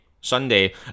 Sunday